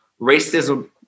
racism